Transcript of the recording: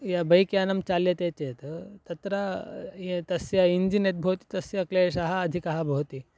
य बैक्यानं चाल्यते चेत् तत्र तस्य इञ्जिन् यद्भवति तस्य क्लेशः अधिकः भवति